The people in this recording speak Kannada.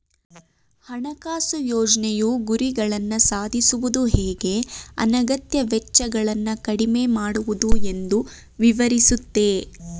ಹಣಕಾಸು ಯೋಜ್ನೆಯು ಗುರಿಗಳನ್ನ ಸಾಧಿಸುವುದು ಹೇಗೆ ಅನಗತ್ಯ ವೆಚ್ಚಗಳನ್ನ ಕಡಿಮೆ ಮಾಡುವುದು ಎಂದು ವಿವರಿಸುತ್ತೆ